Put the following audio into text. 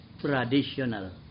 traditional